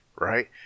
right